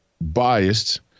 biased